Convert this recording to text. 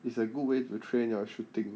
it's a good way to train your shooting